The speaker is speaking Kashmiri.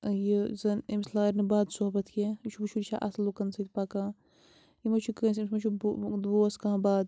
ٲں یہِ زَن أمِس لارِ نہٕ بد صحبت کیٚنٛہہ یہِ چھُ وُچھُن یہِ چھا اصٕل لوٗکَن سۭتۍ پَکان یہِ ما چھُ کٲنٛسہِ أمِس ما چھُ بہٕ دوست کانٛہہ بد